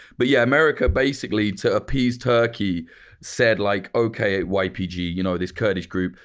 but yeah, america basically to appease turkey said, like okay ypg, you know this kurdish group,